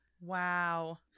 Wow